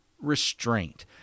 restraint